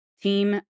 team